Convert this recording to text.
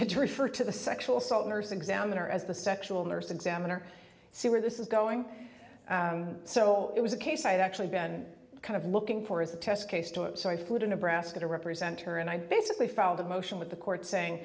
had to refer to the sexual assault nurse examiner as the sexual nurse examiner see where this is going so it was a case i had actually been kind of looking for as a test case to it so i flew to nebraska to represent her and i basically filed a motion with the court saying